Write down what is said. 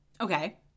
Okay